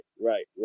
right